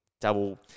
double